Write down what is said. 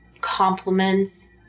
compliments